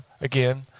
again